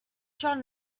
john